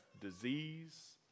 disease